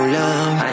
love